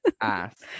ass